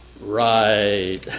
Right